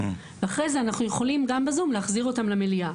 אחרי זה אנחנו יכולים גם בזום להחזיר אותם למליאה.